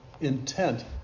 intent